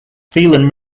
phelan